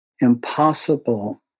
impossible